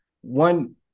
one